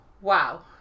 Wow